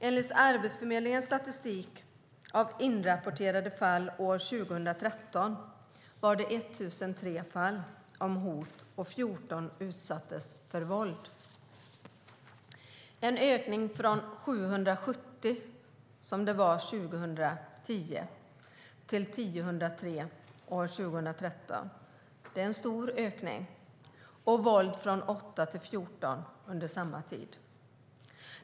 Enligt Arbetsförmedlingens statistik över inrapporterade fall år 2013 var det 1 003 fall av hot, och 14 utsattes för våld. Det är en ökning från 770 fall av hot år 2010, till alltså 1 003 år 2013. Det är en stor ökning. Våldet har ökat från 8 till 14 fall under samma tid.